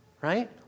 Right